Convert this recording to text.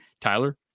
Tyler